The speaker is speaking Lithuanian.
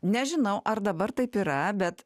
nežinau ar dabar taip yra bet